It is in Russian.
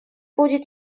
будет